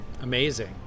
Amazing